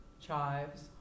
Chives